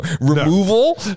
Removal